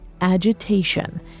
agitation